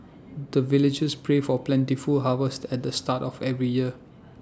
the villagers pray for plentiful harvest at the start of every year